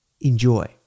enjoy